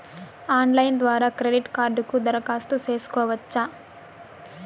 Online ద్వారా credit కార్డుకు దరఖాస్తు సేసుకోవచ్చా?